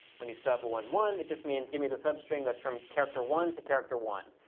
when you sub one, one, it just means, give me the substring that's from character one to character one.